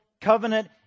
covenant